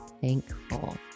thankful